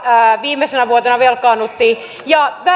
viimeisenä vuotena velkaannuttiin ja